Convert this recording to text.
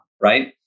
right